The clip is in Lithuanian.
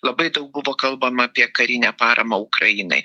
labai daug buvo kalbama apie karinę paramą ukrainai